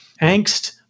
angst